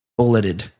Bulleted